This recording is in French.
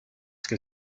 que